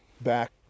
back